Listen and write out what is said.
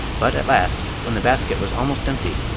but at last, when the basket was almost empty,